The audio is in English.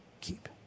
keep